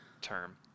Term